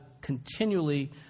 continually